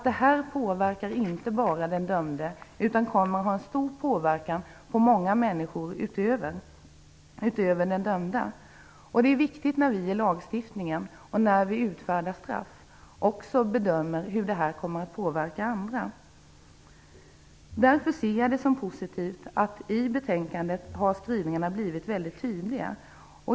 Det påverkar ju inte bara den dömde utan kommer också att ha en stor påverkan på många människor utöver den dömde. När vi utformar lagstiftning och när vi utfärdar straff är det viktigt att vi också bedömer hur det här kommer att påverka andra. Därför ser jag det som positivt att skrivningarna i betänkandet har blivit väldigt tydliga.